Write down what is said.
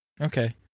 Okay